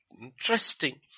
interesting